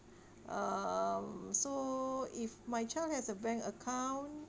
um so if my child has a bank account